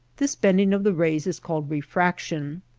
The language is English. this bending of the rays is called refraction,